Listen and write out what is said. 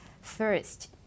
first